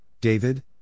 David